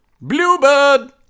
Bluebird